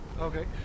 Okay